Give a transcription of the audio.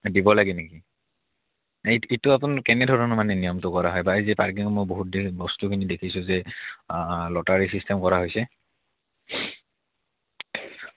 দিব লাগে নেকি এই এইটো আপোনাৰ কেনেধৰণৰ মানে নিয়মটো কৰা হয় বা এই যে পাৰ্কিঙৰ মই বহুত বস্তুখিনি দেখিছোঁ যে লটাৰী চিষ্টেম কৰা হৈছে